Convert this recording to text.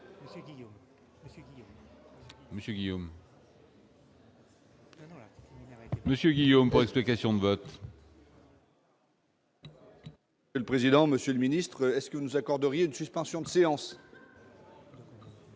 Monsieur Guillaume pour explication de vote. Le président, monsieur le ministre est-ce que vous nous accorderez de suspension de séance.